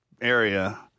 area